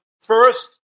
first